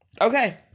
Okay